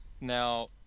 Now